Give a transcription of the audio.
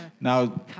now